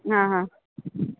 हा हा